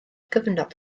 gyfnod